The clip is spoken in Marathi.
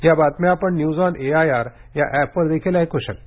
या बातम्या आपण न्यूज ऑन एआयआर या ऍपवर देखील ऐकू शकता